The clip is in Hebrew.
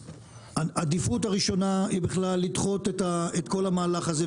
העדיפות הראשונה היא בכלל לדחות את כל המהלך הזה,